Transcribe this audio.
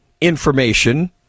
information